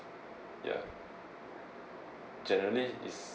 ya generally is